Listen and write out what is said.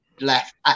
left